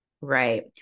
Right